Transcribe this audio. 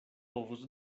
povus